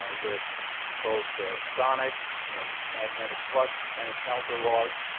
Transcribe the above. ah with both ah sonic and magnetic flux and caliber log,